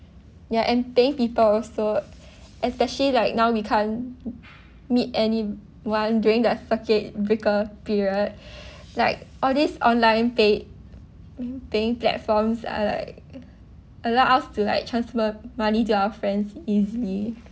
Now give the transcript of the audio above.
ya and then people also especially like now we can't meet anyone during the circuit breaker period like all these online pay~ paying platforms are like allow us to like transfer money to our friends easily